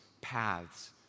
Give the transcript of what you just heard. paths